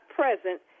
present